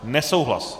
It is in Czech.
Nesouhlas.